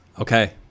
Okay